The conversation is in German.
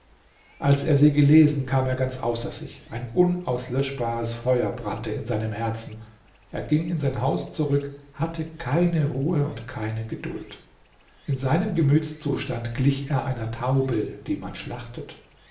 als er sie gelesen kam er ganz außer sich ein unauslöschbares feuer brannte in seinem herzen er ging in sein haus zurück hatte keine ruhe und keine geduld in seinem gemütszustand glich er einer taube die man schlachtet